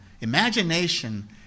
Imagination